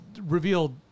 revealed